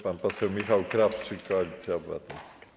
Pan poseł Michał Krawczyk, Koalicja Obywatelska.